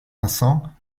vincent